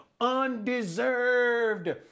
undeserved